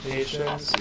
Patience